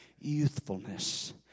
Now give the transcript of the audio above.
youthfulness